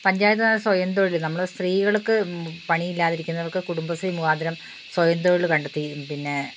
പഞ്ചായത്തെന്നു പറഞ്ഞാൽ സ്വയം തൊഴിൽ നമ്മൾ സ്ത്രീകൾക്ക് പണിയില്ലാതെ ഇരിക്കുന്നവർക്ക് കുടുംബശ്രീ മുഖാന്തരം സ്വയംതൊഴിൽ കണ്ടെത്തുകയും പിന്നെ